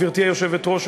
גברתי היושבת-ראש,